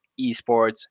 esports